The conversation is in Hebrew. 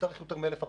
נצטרך יותר מ-1,400.